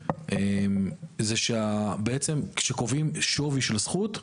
היא שבעצם כשקובעים שווי של זכות,